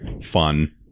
fun